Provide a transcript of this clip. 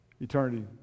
eternity